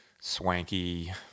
swanky